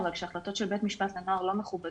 אבל כשהחלטות של בית משפט לנוער לא מכובדות,